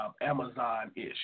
Amazon-ish